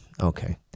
Okay